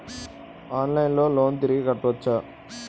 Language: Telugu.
ఆన్లైన్లో లోన్ తిరిగి కట్టోచ్చా?